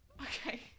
Okay